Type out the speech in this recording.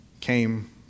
came